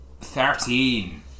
Thirteen